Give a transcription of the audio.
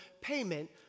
payment